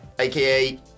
Aka